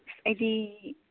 ꯑꯩꯗꯤ